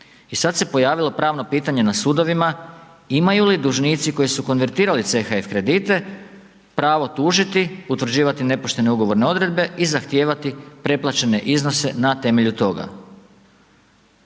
I sada se pojavilo pravno pitanje na sudovima, imaju li dužnici, koji su konvertirali CHF kredite, pravo tužiti, utvrđivati nepoštene ugovorne odredbe i zahtijevati preplaćene iznose na temelju toga?